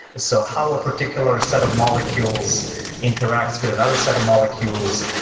so how a particular set of molecules interacts with another set of molecules,